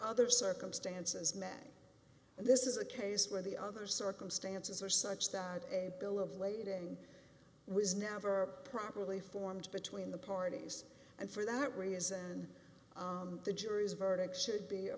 other circumstances men and this is a case where the other circumstances are such that a bill of lading was never properly formed between the parties and for that reason the jury's verdict should be a